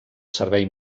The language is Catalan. servei